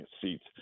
seats